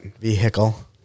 vehicle